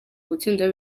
gutsinda